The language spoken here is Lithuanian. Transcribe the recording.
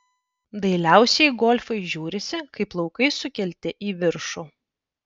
dailiausiai golfai žiūrisi kai plaukai sukelti į viršų